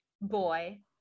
boy